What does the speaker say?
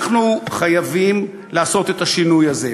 אנחנו חייבים לעשות את השינוי הזה,